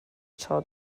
tro